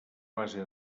base